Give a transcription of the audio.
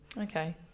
Okay